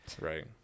Right